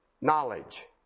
knowledge